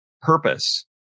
purpose